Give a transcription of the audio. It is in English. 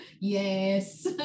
Yes